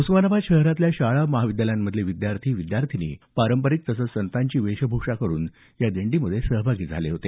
उस्मानाबाद शहरातल्या शाळा महाविद्यालयांचे विद्यार्थी विद्यार्थिनी पारंपरिक तसंच संतांची वेशभूषा करून या दिंडीमध्ये सहभागी झाले होते